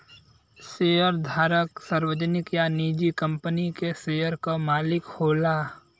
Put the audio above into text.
शेयरधारक सार्वजनिक या निजी कंपनी के शेयर क मालिक होला